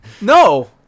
no